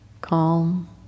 Calm